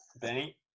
Benny